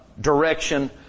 direction